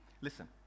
listen